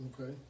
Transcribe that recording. Okay